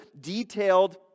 detailed